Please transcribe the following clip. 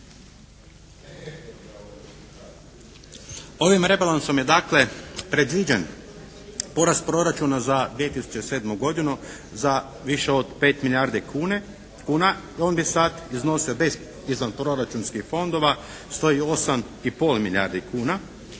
Ovim rebalansom je dakle predviđen porast proračuna za 2007. godinu za više od 5 milijardi kuna. On bi sad iznosio bez izvanproračunskih fondova 108 i pol milijardi kuna.